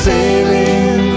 Sailing